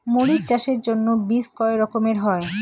মরিচ চাষের জন্য বীজ কয় রকমের হয়?